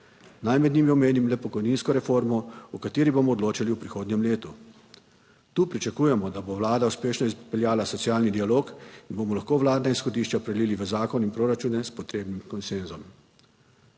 naj med njimi omenim le pokojninsko reformo, o kateri bomo odločali v prihodnjem letu. Tu pričakujemo, da bo Vlada uspešno izpeljala socialni dialog in da bomo lahko vladna izhodišča prelili v zakon in proračune s potrebnim konsenzom?